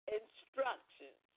instructions